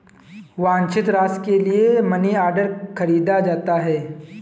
वांछित राशि के लिए मनीऑर्डर खरीदा जाता है